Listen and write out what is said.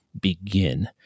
begin